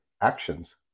actions